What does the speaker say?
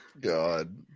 God